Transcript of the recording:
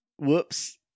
Whoops